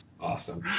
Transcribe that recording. Awesome